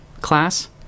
class